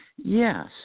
Yes